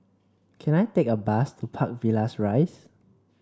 can I take a bus to Park Villas Rise